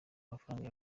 amafaranga